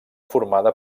formada